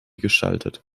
gestaltet